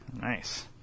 Nice